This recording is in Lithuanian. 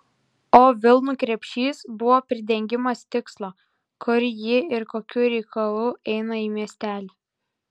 o vilnų krepšys buvo pridengimas tikslo kur ji ir kokiu reikalu eina į miestelį